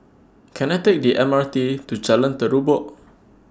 Can I Take The M R T to Jalan Terubok